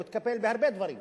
הוא התקפל בהרבה דברים,